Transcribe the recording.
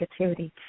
negativity